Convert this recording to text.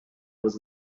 was